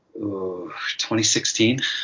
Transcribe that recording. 2016